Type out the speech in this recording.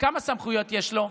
כמה סמכויות יש לו?